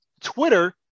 Twitter